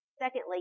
Secondly